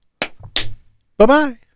Bye-bye